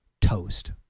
toast